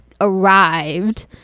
arrived